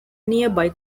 nearby